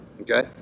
Okay